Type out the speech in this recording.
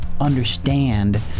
understand